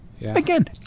Again